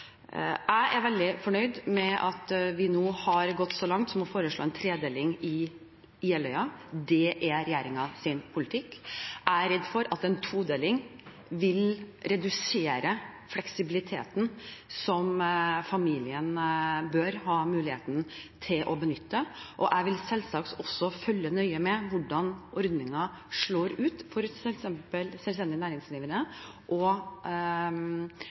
Jeg er veldig fornøyd med at vi nå har gått så langt at vi i Jeløya-plattformen foreslår en tredeling. Det er regjeringens politikk. Jeg er redd for at en todeling vil redusere fleksibiliteten familien bør ha muligheten til å benytte. Jeg vil selvsagt også følge nøye med på hvordan ordningen slår ut for f.eks. selvstendig næringsdrivende og